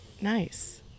nice